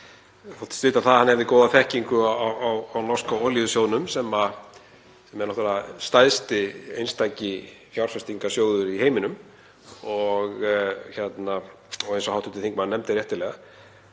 vita að hann hefði góða þekkingu á norska olíusjóðnum, sem er náttúrlega stærsti einstaki fjárfestingarsjóður í heiminum, eins og hv. þingmaður nefndi réttilega.